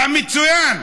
אתה מצוין.